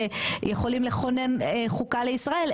שיכולים לכונן חוקה לישראל,